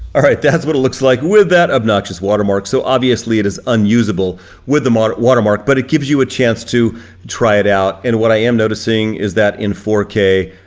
all right, that's what it looks like with that obnoxious watermark. so obviously, it is unusable with the watermark, but it gives you a chance to try it out. and what i am noticing is that in four k,